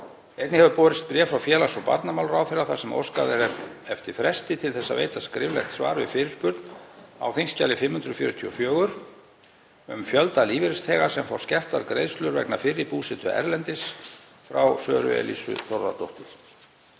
Einnig hefur borist bréf frá félags- og barnamálaráðherra þar sem óskað er eftir fresti til að veita skriflegt svar við fyrirspurn á þskj. 544, um fjölda lífeyrisþega sem fá skertar greiðslur vegna fyrri búsetu erlendis, frá Söru Elísu Þórðardóttur.